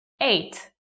Eight